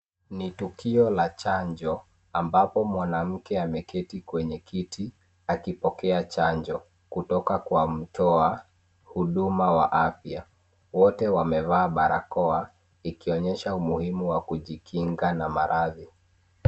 Ni tukio la chanjo ambapo mwanamke ameketi kwenye kiti akipokea chanjo kutoka kwa mto wa huduma wa afya. wote wamevaa barakoa ikionyesha umuhimu wa kujikinga na maradhi.